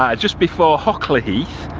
um just before hockley heath.